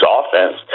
offense